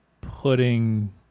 putting